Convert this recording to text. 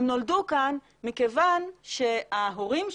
הם נולדו כאן מכוון שההורים שלהם,